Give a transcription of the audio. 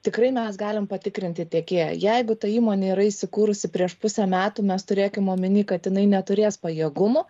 tikrai mes galim patikrinti tiekėją jeigu ta įmonė yra įsikūrusi prieš pusę metų mes turėkim omeny kad jinai neturės pajėgumų